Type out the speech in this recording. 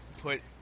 put